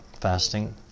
fasting